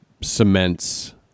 cements